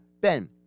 Ben